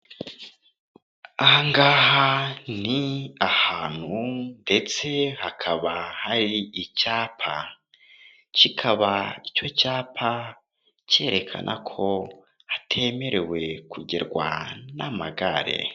Aha ngaha ni ahantu ndetse hakaba hari icyapa kikaba icyo cyapa kerekana ko hatemerewe kugerwa n'amagare.